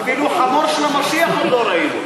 אפילו חמור של המשיח עוד לא ראינו.